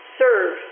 serve